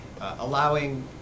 allowing